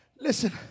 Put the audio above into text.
Listen